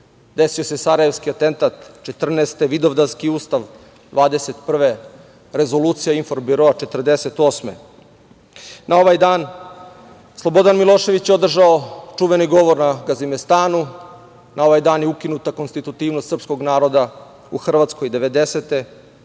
desio se Sarajevski antentat 14.te, Vidovdanski ustav 21. rezolucija Infobiroa 1948.Na ovaj dan Slobodan Milošević je održao čuveni govor na Gazimestanu, na ovaj dan je ukinuta konstitutivnost srpskog naroda u Hrvatskoj 1990.